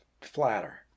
flatter